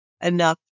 enough